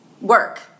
work